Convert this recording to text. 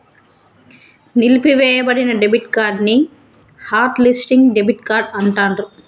నిలిపివేయబడిన debit card ని hot listing debit card అంటాండ్రు